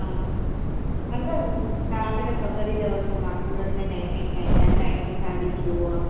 हा अंकल तव्हांखे त ख़बरु ई अथव की मां सूरत में नईं नईं आई आहियां अञा हिकु सालु ई थियो आहे